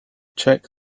check